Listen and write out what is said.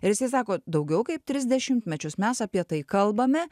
ir jisai sako daugiau kaip tris dešimtmečius mes apie tai kalbame